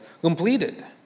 completed